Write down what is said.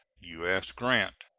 u s. grant.